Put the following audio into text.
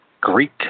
Greek